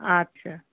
আচ্ছা